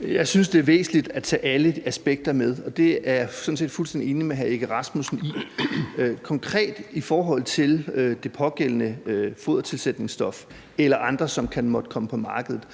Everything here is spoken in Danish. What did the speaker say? Jeg synes, det er væsentligt at tage alle aspekter med. Det er jeg sådan set fuldstændig enig med hr. Søren Egge Rasmussen i. Konkret i forhold til det pågældende fodertilsætningsstof eller andre, som måtte komme på markedet,